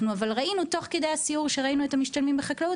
אבל אנחנו ראינו תוך כדי הסיור שראינו את המשתלמים בחקלאות,